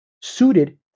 suited